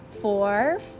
Four